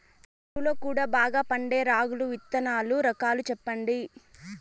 కరువు లో కూడా బాగా పండే రాగులు విత్తనాలు రకాలు చెప్పండి?